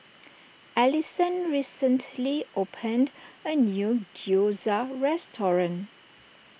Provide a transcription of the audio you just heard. Allisson recently opened a new Gyoza restaurant